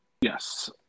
Yes